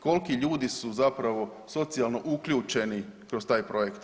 Koliki ljudi su upravo socijalno uključeni kroz taj projekt.